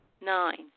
Nine